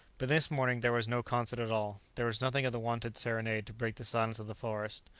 but this morning there was no concert at all. there was nothing of the wonted serenade to break the silence of the forest.